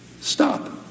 Stop